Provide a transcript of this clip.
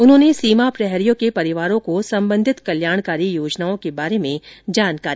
उन्होंने सीमा प्रहरियों के परिवारों को संबंधित कल्याणकारी योजनाओं के बारे में बताया